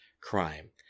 crime